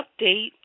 update